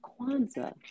Kwanzaa